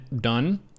done